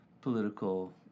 political